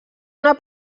una